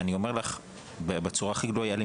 אני אומר לך בצורה הכי גלויה: היה לי